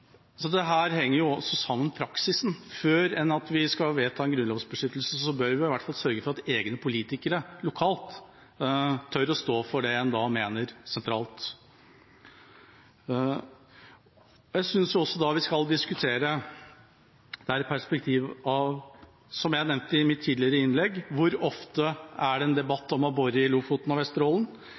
henger jo også sammen med praksisen. Før vi skal vedta en grunnlovsbeskyttelse, bør vi i hvert fall sørge for at egne politikere lokalt tør å stå for det en mener sentralt. Jeg synes også vi skal diskutere, som jeg nevnte i mitt tidligere innlegg, hvor ofte er det en debatt om å bore i Lofoten og Vesterålen,